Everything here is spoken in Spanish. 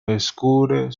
descubre